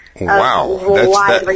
Wow